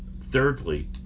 Thirdly